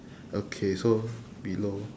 okay so below